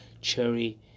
Cherry